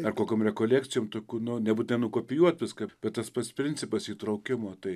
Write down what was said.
ar kokiom rekolekcijom tokų nu nebūtinai nukopijuot viską bet tas pats principas įtraukimo tai